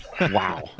wow